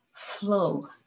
flow